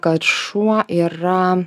kad šuo yra